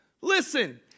Listen